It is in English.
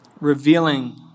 revealing